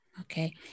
Okay